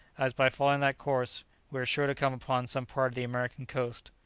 as by following that course we are sure to come upon some part of the american coast.